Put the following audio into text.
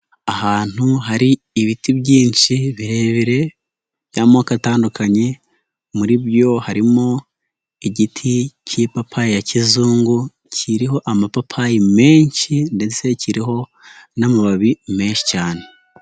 Ahantu hari ibiti byinshi birebire by'amoko atandukanye muri byo harimo igiti cy'ipapayi ya kizungu kiriho amapapayi menshi ndetse kiriho n'amababi menshi cyane.